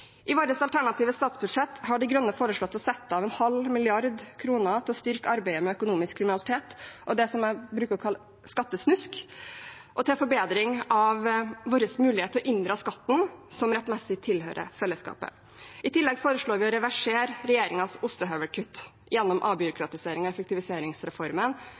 I vårt alternative statsbudsjett har De Grønne foreslått å sette av en halv milliard kroner til å styrke arbeidet med økonomisk kriminalitet og det som jeg bruker å kalle skattesnusk, og til forbedring av vår mulighet til å inndra skatten som rettmessig tilhører fellesskapet. I tillegg foreslår vi å reversere regjeringens ostehøvelkutt gjennom avbyråkratiserings- og effektiviseringsreformen,